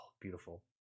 beautiful